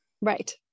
right